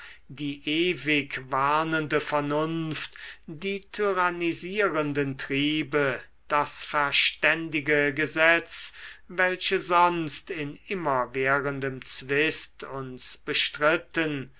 die ewig warnende vernunft die tyrannisierenden triebe das verständige gesetz welche sonst in immerwährendem zwist uns bestritten